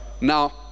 now